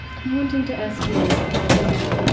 i'm wanting to ask you if,